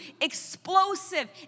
Explosive